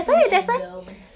oh okay